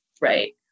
right